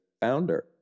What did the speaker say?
founder